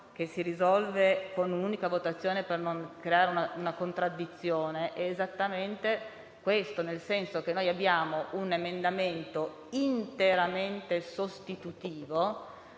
che si risolve con un'unica votazione per non creare una contraddizione. È esattamente questo, nel senso che abbiamo un emendamento interamente sostitutivo,